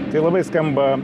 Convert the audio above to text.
tai labai skamba